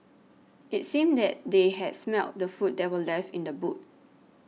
it seemed that they had smelt the food that were left in the boot